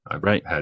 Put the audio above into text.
Right